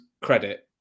Credit